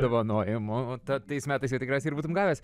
dovanojimų tai tais metais tikriausiai ir būtum gavęs